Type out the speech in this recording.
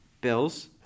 Bills